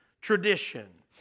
tradition